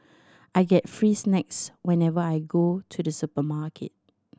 I get free snacks whenever I go to the supermarket